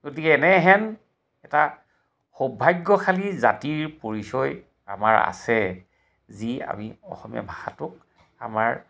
গতিকে এনেহেন এটা সৌভাগ্যশালী জাতিৰ পৰিচয় আমাৰ আছে যি আমি অসমীয়া ভাষাটোক আমাৰ